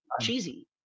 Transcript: cheesy